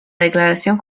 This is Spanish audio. declaración